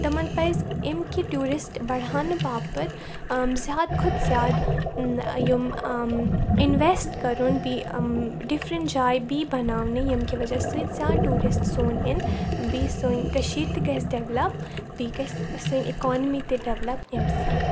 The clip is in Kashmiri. تمَن پَزِ امکہِ ٹوٗرِسٹ بَڑانہٕ باپَتھ زِیادٕ کھۄتہٕ زِیادٕ یِم اِنویٚسٹ کَرُن بیٚیہِ ڈِفرینٛٹ جایہِ بیٚیہِ بَناونہِ ییٚمہِ کہِ وجہ سٟتۍ زِیادٕ ٹوٗرِسٹ سون یِن بیٚیہِ سٲنۍ کٔشیٖر تہِ گَژھِ ڈؠولَپ بیٚیہِ گَژھِ سٲنۍ اِکانمی تہِ ڈؠولَپ امہِ سٟتۍ